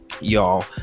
y'all